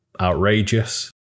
outrageous